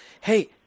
hey